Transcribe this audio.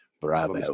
bravo